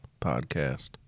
podcast